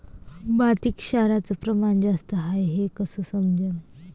मातीत क्षाराचं प्रमान जास्त हाये हे कस समजन?